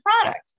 product